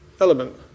element